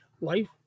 life